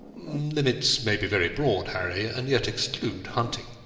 limits may be very broad, harry, and yet exclude hunting.